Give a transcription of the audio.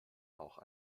auch